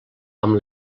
amb